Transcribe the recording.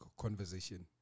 conversation